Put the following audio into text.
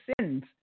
sins